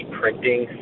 printing